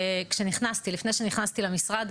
שלפני שנכנסתי למשרד,